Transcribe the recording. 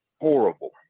horrible